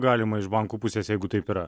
galima iš bankų pusės jeigu taip yra